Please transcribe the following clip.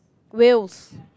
whales